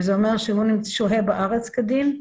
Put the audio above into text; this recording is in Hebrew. זה אומר שהוא שוהה בארץ כדין,